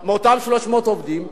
עם אותם 300 עובדים?